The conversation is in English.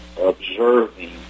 observing